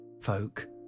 folk